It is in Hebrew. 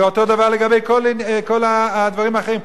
ואותו דבר לגבי כל הדברים האחרים,